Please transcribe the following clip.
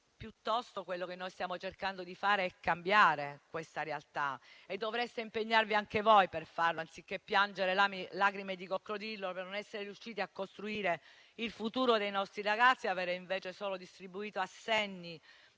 Piuttosto, quello che stiamo cercando di fare è cambiare questa realtà e dovreste impegnarvi anche voi per farlo, anziché piangere lacrime di coccodrillo per non essere riusciti a costruire il futuro dei nostri ragazzi e avere invece solo distribuito assegni